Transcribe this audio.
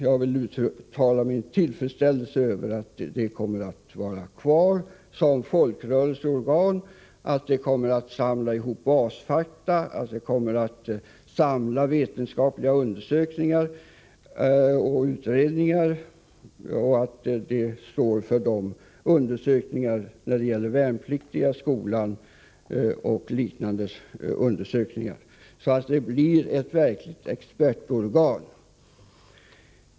Jag vill uttala min tillfredsställelse över att det kommer att vara kvar som folkrörelseorgan, att det kommer att samla ihop basfakta, att det kommer att samla vetenskapliga undersökningar och utredningar, att det står för undersökningar när det gäller värnpliktiga, skolan m.m. och att det blir ett verkligt expertorgan.